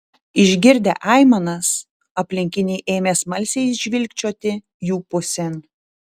išgirdę aimanas aplinkiniai ėmė smalsiai žvilgčioti jų pusėn